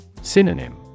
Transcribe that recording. Synonym